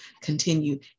continue